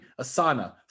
Asana